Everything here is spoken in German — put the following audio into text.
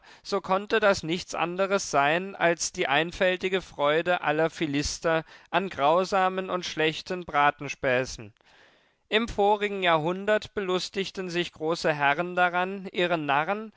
so konnte das nichts anderes sein als die einfältige freude aller philister an grausamen und schlechten bratenspäßen im vorigen jahrhundert belustigten sich große herren daran ihre narren